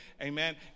amen